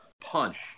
punch